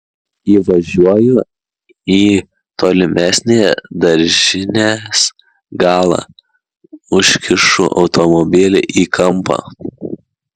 įvažiuoju į tolimesnį daržinės galą užkišu automobilį į kampą